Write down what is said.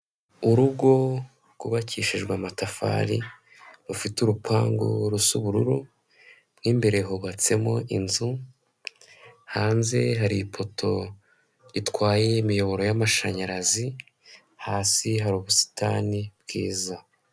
Urugo rwubakishijwe amatafari, rufite urupangu rusa ubururu, mo imbere hubatsemo inzu, hanze hari ipoto itwaye imiyoboro y'amashanyarazi, hasi hari ubusitani bwiza.